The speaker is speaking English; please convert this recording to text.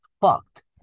fucked